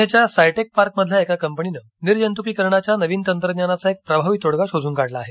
पुण्याच्या सायटेक पार्कमधल्या एका कपनीनं निर्जंत्कीकरणाच्या नवीन तंत्रज्ञानाचा एक प्रभावी तोडगा शोधून काढला आहे